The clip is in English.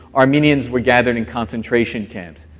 armenians were gathered in concentration camps.